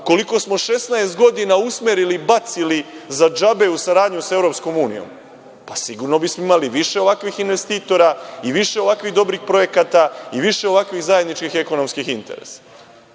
koliko smo 16 godina usmerili i bacili za džabe u saradnju sa EU. Sigurno bismo imali više ovakvih investitora i više ovakvih dobrih projekata i više ovakvih zajedničkih ekonomskih interesa.